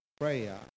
prayer